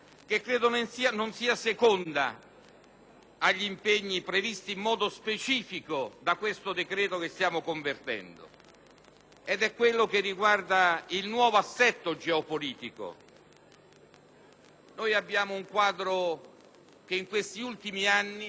agli impegni previsti in modo specifico da questo decreto che stiamo convertendo. Questa riflessione riguarda il nuovo assetto geopolitico. Siamo di fronte ad un quadro che in questi ultimi anni si è differenziato